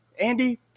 Andy